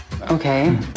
Okay